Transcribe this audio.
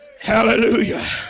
hallelujah